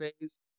phase